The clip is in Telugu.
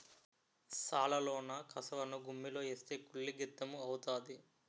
సాలలోన కసవను గుమ్మిలో ఏస్తే కుళ్ళి గెత్తెము అవుతాది